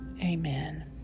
Amen